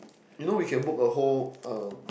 you know we can book a whole um